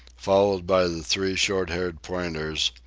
followed by the three short-haired pointers,